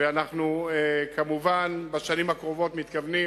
ואנו בשנים הקרובות מתכוונים